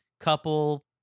couple